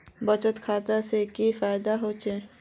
बचत खाता से की फायदा होचे?